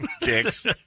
Dicks